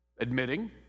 admitting